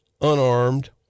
unarmed